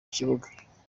kibuga